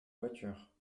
voiture